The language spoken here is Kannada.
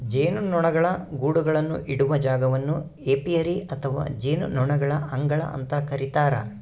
ಜೇನುನೊಣಗಳ ಗೂಡುಗಳನ್ನು ಇಡುವ ಜಾಗವನ್ನು ಏಪಿಯರಿ ಅಥವಾ ಜೇನುನೊಣಗಳ ಅಂಗಳ ಅಂತ ಕರೀತಾರ